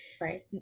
right